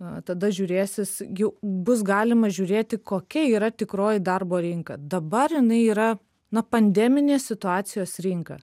a tada žiūrėsis gi bus galima žiūrėti kokia yra tikroji darbo rinka dabar jinai yra nu pandeminės situacijos rinka